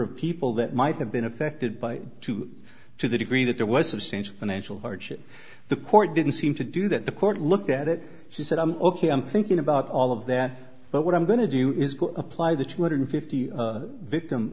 of people that might have been affected by two to the degree that there was substantial financial hardship the court didn't seem to do that the court looked at it she said i'm ok i'm thinking about all of that but what i'm going to do is apply the two hundred fifty victim